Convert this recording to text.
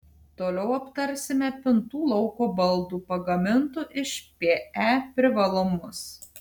toliau aptarsime pintų lauko baldų pagamintų iš pe privalumus